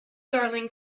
darling